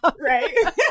right